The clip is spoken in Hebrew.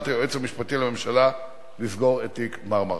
היועץ המשפטי לממשלה לסגור את תיק "מרמרה".